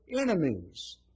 enemies